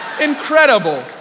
Incredible